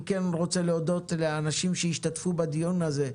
אני רוצה להודות לאנשים שהשתתפו בדיון הזה: